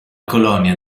colonia